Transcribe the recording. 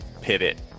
pivot